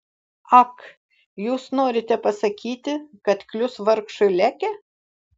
ak jūs norite pasakyti kad klius vargšui leke